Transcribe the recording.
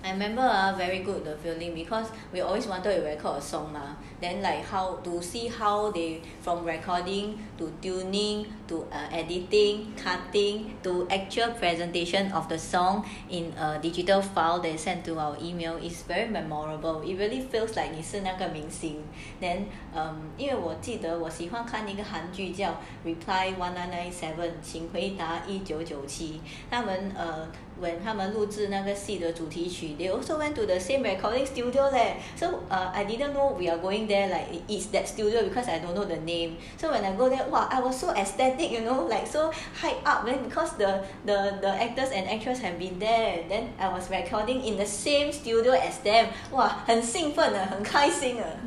I remember ah very good the feeling because we always wanted to record a song mah then like how to see how they from recording to tuning to editing cutting to actual presentation of the song in a digital file they send to our email it's very memorable it really feels like 你是那个明星 then 因为我记得我喜欢一个的韩剧叫 reply one nine nine seven 请回答一九九七他们 when 他们录制那个戏的主题曲 they also went to the same recording studio that so I didn't know we are going to that studio you know because I don't know the name so when I go there while I was so aesthetic you know like so high up then because the the the actors and actresses have been there then I was recording in the same studio as them !wah! 很兴奋了很开心